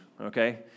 okay